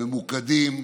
ממוקדים,